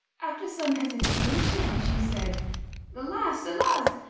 after some hesitation, she said alas! alas!